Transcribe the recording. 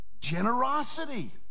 generosity